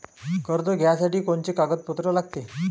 कर्ज घ्यासाठी कोनचे कागदपत्र लागते?